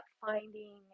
finding